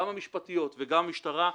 גם המשפטיות וגם המשטרה,